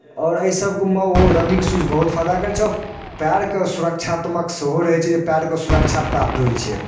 आओर एहि सभमे ओ रनिंग सूज बहुत फायदा करै छै आओर पएरके सुरक्षात्मक सेहो रहै छै जे पएरकेँ सुरक्षा प्राप्त होइ छै